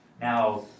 Now